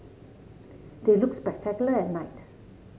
they look spectacular at night